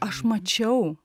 aš mačiau